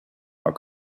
are